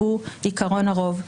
שהוא עקרון הרוב,